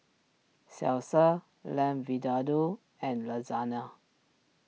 Salsa Lamb Vindaloo and Lasagna